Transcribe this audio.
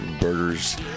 burgers